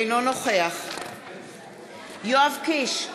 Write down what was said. אינו נוכח יואב קיש,